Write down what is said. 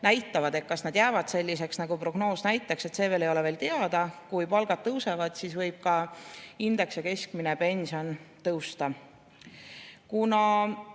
näitavad. Kas need jäävad selliseks, nagu prognoos näitab, ei ole veel teada. Kui palgad tõusevad, siis võib ka indeks ja keskmine pension tõusta. Kuna,